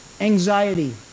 anxiety